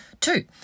Two